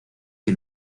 que